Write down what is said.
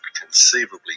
conceivably